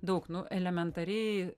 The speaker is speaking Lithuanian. daug nu elementariai